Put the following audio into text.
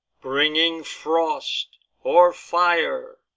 bringing frost or fire.